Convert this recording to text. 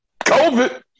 COVID